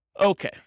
Okay